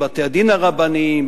בבתי-הדין הרבניים,